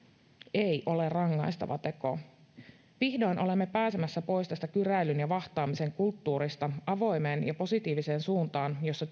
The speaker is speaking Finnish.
ei ole rangaistava teko vihdoin olemme pääsemässä pois tästä kyräilyn ja vahtaamisen kulttuurista avoimeen ja positiiviseen suuntaan jossa